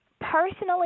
personally